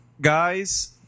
guys